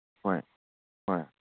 ꯍꯣꯏ ꯍꯣꯏ